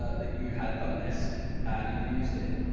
ah that you had done this and you used it,